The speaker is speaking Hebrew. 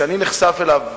ואני נחשף אליו,